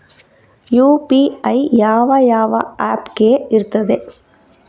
UPI ಯಾವ ಯಾವ app ಗೆ ಇರ್ತದೆ?